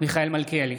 מיכאל מלכיאלי,